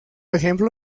ejemplo